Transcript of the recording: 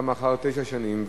גם לאחר תשע שנים,